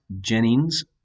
Jennings